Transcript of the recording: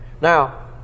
Now